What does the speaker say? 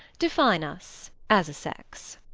define us as a sex.